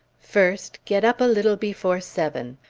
first, get up a little before seven.